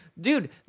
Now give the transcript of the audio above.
dude